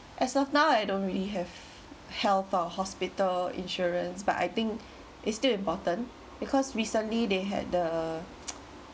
as of now I don't really have health or hospital insurance but I think it's still important because recently they had the